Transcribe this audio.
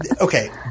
Okay